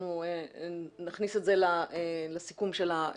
אנחנו נכניס את זה לסיכום של הוועדה.